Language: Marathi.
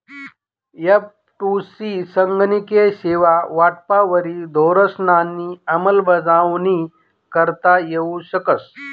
एफ.टु.सी संगणकीय सेवा वाटपवरी धोरणंसनी अंमलबजावणी करता येऊ शकस